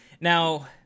Now